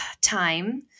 time